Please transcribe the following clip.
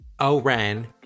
Oren